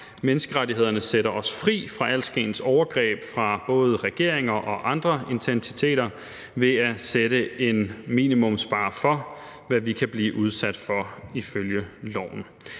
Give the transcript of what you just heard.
Menneskerettighederne sætter os fri fra alskens overgreb fra både regeringer og andre entiteter ved at sætte en minimumsbarre for, hvad vi kan blive udsat for ifølge loven.